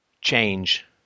change